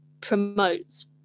promotes